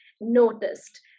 noticed